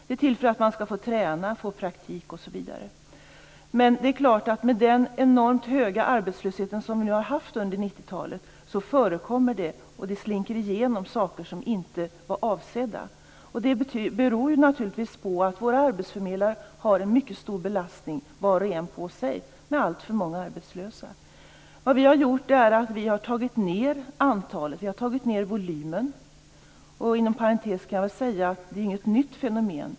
Den är till för att man skall få träna, få praktik, osv. Med den enormt höga arbetslöshet som vi har haft under 90-talet händer det naturligtvis att saker som inte var avsedd slinker igenom. Det beror på att våra arbetsförmedlingar har en mycket stor belastning, var och en för sig, med alltför många arbetslösa. Vi har tagit ned antalet, vi har tagit ned volymen. Inom parentes kan jag säga att detta inte är något nytt fenomen.